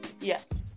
yes